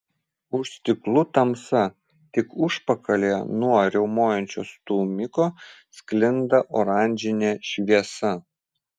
už stiklų tamsa tik užpakalyje nuo riaumojančio stūmiko sklinda oranžinė šviesa